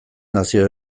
nazio